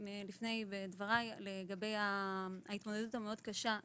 קודם לכן בדבריי על ההתמודדות עם הבדידות,